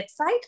website